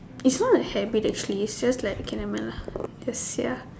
is not a shame actually it's just that K never mind lah just ya